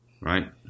Right